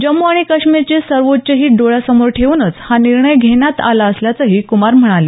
जम्मू आणि काश्मीरचे सर्वोच्च हित डोळ्यासमोर ठेवूनच हा निर्णय घेण्यात आला असल्याचंही कुमार म्हणाले